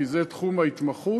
כי זה תחום ההתמחות,